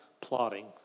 plotting